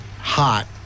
hot